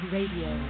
Radio